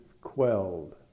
quelled